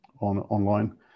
online